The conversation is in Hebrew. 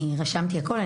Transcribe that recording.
אני רשמתי הכל.